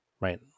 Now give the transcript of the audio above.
right